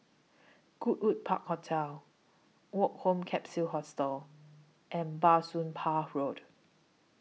Goodwood Park Hotel Woke Home Capsule Hostel and Bah Soon Pah Road